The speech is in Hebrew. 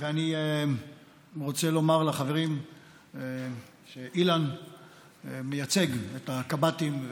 אני רוצה לומר לחברים שאילן מייצג את הקב"טים,